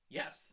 yes